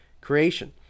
creation